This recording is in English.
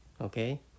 okay